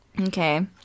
Okay